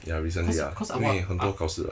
ya recently lah 因为很多考试 [what]